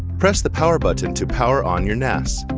press the power button to power on your nas.